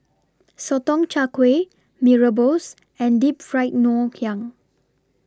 Sotong Char Kway Mee Rebus and Deep Fried Ngoh Hiang